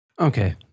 okay